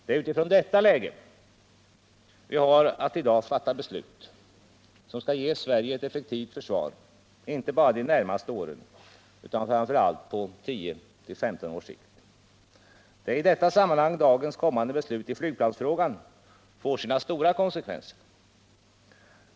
Det är utifrån detta läge vi har att i dag fatta beslut, som skall ge Sverige ett effektivt försvar — inte bara de närmaste åren utan framför allt på 10-15 års sikt. Det är i detta sammanhang som dagens kommande beslut i flygplansfrågan får sina stora konsekvenser.